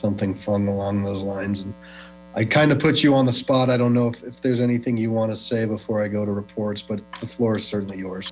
something fun along those lines and i kind of puts you on the spot i don't know if there's anything you want to say before i go to reports but the floor is certainly yours